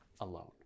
alone